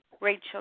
Rachel